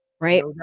Right